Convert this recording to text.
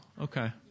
okay